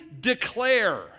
declare